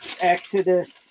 Exodus